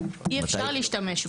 אי אפשר להשתמש בו.